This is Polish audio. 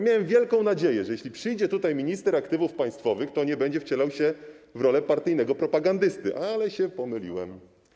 Miałem wielką nadzieję, że jeśli przyjdzie tutaj minister aktywów państwowych, to nie będzie wcielał się w rolę partyjnego propagandysty, ale się pomyliłem.